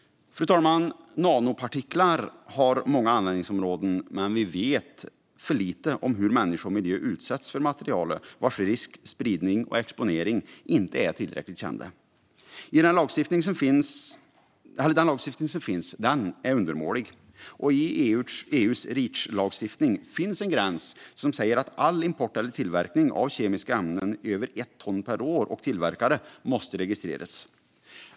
Fru talman! Nanopartiklar har många användningsområden, men vi vet för lite om hur människor och miljö utsätts för materialet, vars risk, spridning och exponering inte är tillräckligt kända. Den lagstiftning som finns är undermålig. I EU:s Reachlagstiftning finns en gräns som säger att all import eller tillverkning av kemiska ämnen som överstiger ett ton per år och tillverkare måste registreras.